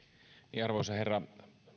arvoisa herra